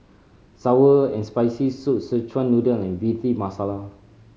sour and Spicy Soup Szechuan Noodle and Bhindi Masala